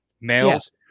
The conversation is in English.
males